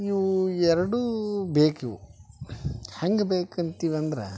ಇವು ಎರಡೂ ಬೇಕಿವು ಹೆಂಗೆ ಬೇಕಂತೀವಿ ಅಂದ್ರೆ